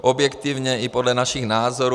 Objektivně i podle našich názorů.